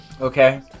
Okay